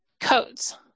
codes